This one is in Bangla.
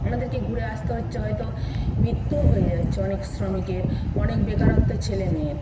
আমাদেরকে ঘুরে আসতে হচ্ছে হয়তো মিত্যুও হয়ে যাচ্ছে অনেক শ্রমিকের অনেক বেকারত্বের ছেলেমেয়ের